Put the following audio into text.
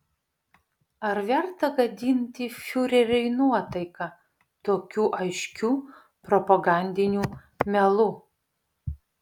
ar verta gadinti fiureriui nuotaiką tokiu aiškiu propagandiniu melu